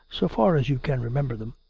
so far as you can remember them.